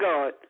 God